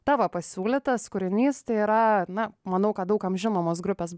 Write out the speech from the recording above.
tavo pasiūlytas kūrinys tai yra na manau kad daug kam žinomos grupės